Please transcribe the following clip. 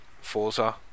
Forza